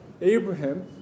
Abraham